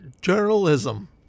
journalism